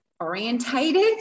Orientated